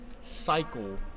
cycle